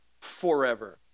forever